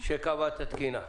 שקבע את התקינה.